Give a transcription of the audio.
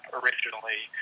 originally